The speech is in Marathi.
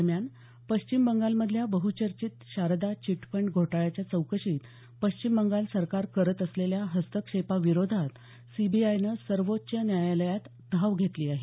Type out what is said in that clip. दरम्यान पश्चिम बंगालमधल्या बहुचर्चित शारदा चिटफंड घोटाळ्याच्या चौकशीत पश्चिम बंगाल सरकार करत असलेल्या हस्तक्षेपाविरोधात सीबीआयनं सर्वोच्च न्यायालयात धाव घेतली आहे